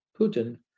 Putin